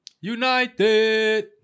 United